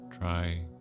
try